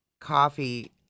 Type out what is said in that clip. coffee